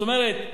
זאת אומרת,